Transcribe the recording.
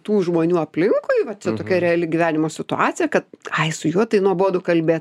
tų žmonių aplinkui va tokia reali gyvenimo situacija kad ai tai su juo tai nuobodu kalbėt